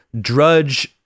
drudge